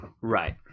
Right